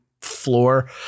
floor